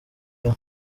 year